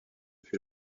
fut